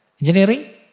Engineering